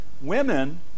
Women